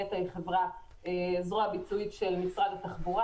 נת"ע היא הזרוע הביצועית של משרד התחבורה.